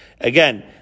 Again